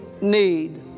need